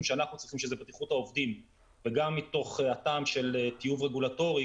שאנחנו חושבים שזאת בטיחות העובדים וגם מתוך הטעם של טיוב רגולטורי,